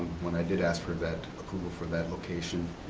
when i did ask for that approval for that location,